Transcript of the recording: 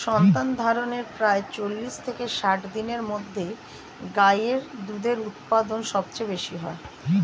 সন্তানধারণের প্রায় চল্লিশ থেকে ষাট দিনের মধ্যে গাই এর দুধের উৎপাদন সবচেয়ে বেশী হয়